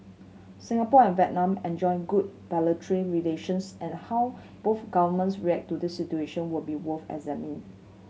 Singapore and Vietnam enjoy good bilateral relations and how both governments react to this situation will be worth examining